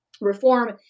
reform